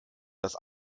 das